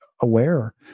aware